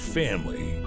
family